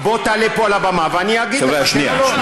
בוא תעלה פה על הבמה ואני אגיד לך כן או לא.